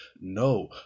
no